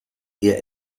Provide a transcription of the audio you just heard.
ihr